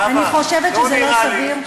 אני חושבת שזה לא סביר,